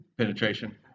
penetration